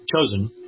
chosen